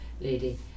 lady